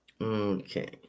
Okay